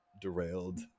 derailed